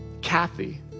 Kathy